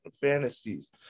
fantasies